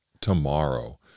tomorrow